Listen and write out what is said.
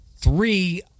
Three